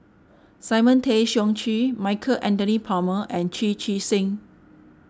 Simon Tay Seong Chee Michael Anthony Palmer and Chu Chee Seng